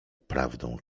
prawdą